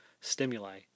stimuli